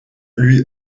lui